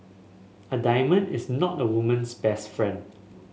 a diamond is not a woman's best friend